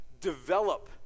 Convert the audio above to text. develop